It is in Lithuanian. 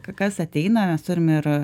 kas ateina mes turim ir